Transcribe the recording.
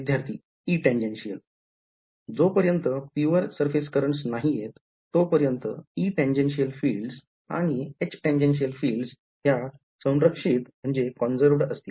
विद्यार्थी E tangential जो पर्यन्त pure surface currents नाहीयेत तो पर्यन्त E tangential fields आणि H tangential fields ह्या संरक्षित असतील